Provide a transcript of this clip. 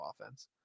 offense